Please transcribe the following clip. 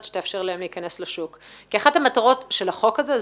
שתאפשר להם להיכנס לשוק כי אחת המטרות של החוק הזה היא